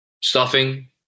stuffing